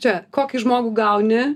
čia kokį žmogų gauni